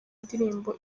indirimbo